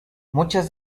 muchas